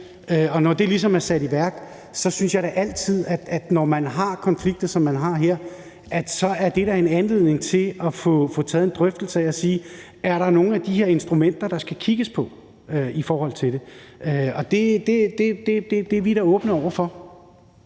og når det ligesom er sat i værk, synes jeg da som altid, at når man har konflikter, som man har her, så er det en anledning til at få taget en drøftelse af det og sige: Er der nogen af de instrumenter, der skal kigges på i forhold til det? Det er vi da åbne over for.